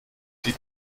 die